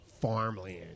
farmland